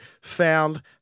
found